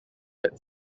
had